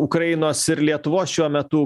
ukrainos ir lietuvos šiuo metu